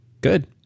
Good